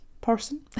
person